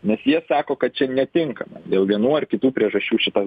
nes jie sako kad čia netinka man dėl vienų ar kitų priežasčių šitas